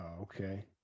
okay